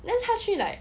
then 他去 like